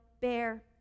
bear